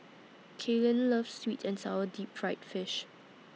Kalyn loves Sweet and Sour Deep Fried Fish